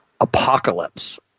apocalypse